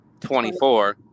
24